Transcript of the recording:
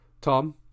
Tom